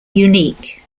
unique